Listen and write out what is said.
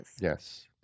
Yes